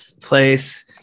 place